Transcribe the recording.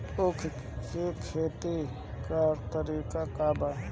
उख के खेती का तरीका का बा?